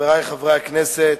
חברי חברי הכנסת,